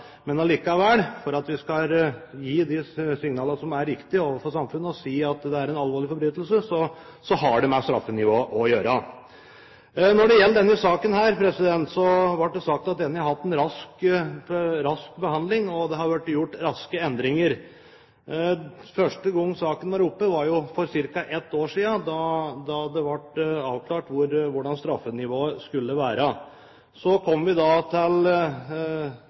Men likevel, for at vi skal gi de signalene som er riktige overfor samfunnet, og si at det er en alvorlig forbrytelse, har det med straffenivået å gjøre. Når det gjelder denne saken, blir det sagt at den har fått en rask behandling, og at det har vært gjort raske endringer. Første gang saken var oppe, var for ca. ett år siden, da det ble avklart hvor straffenivået skulle ligge. Nå er vi kommet til